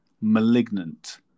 malignant